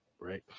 Right